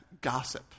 gossip